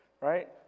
right